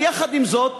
אבל יחד עם זאת,